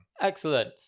Excellent